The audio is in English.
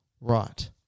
Right